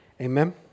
Amen